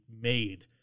made